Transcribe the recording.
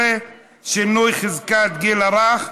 121),